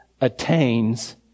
attains